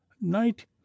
night